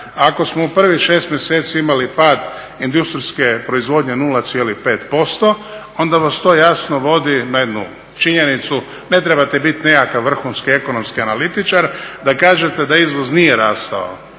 ako smo u prvih šest mjeseci imali pad industrijske proizvodnje 0,5% onda vas to jasno vodi na jednu činjenicu, ne trebate biti nekakav vrhunski ekonomski analitičar da kažete da izvoz nije rastao,